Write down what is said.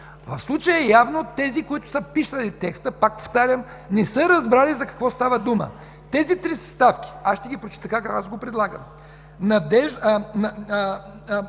В случая явно тези, които са писали текста, пак повтарям, не са разбрали за какво става дума. Тези три съставки, аз ще ги прочета, както аз го предлагам